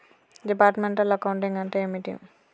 Departmental accounting అంటే ఏమిటి?